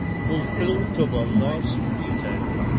fulfilled to the last detail!